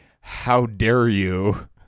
how-dare-you